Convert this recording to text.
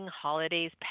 holidays